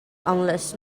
unless